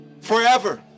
forever